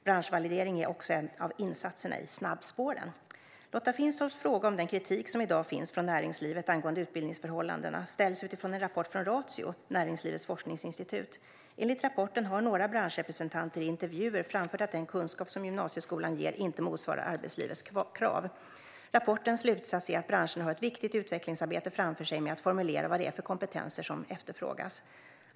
Branschvalidering är också en av insatserna i snabbspåren. Lotta Finstorps fråga om den kritik som i dag finns från näringslivet angående utbildningsförhållandena ställs utifrån en rapport från Ratio, Näringslivets forskningsinstitut. Enligt rapporten har några branschrepresentanter i intervjuer framfört att den kunskap som gymnasieskolan ger inte motsvarar arbetslivets krav. Rapportens slutsats är att branscherna har ett viktigt utvecklingsarbete framför sig med att formulera vad det är för kompetenser som efterfrågas.